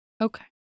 Okay